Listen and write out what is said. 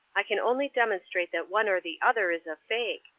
i can only demonstrate that one or the other is a fake,